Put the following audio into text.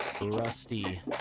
rusty